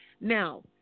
Now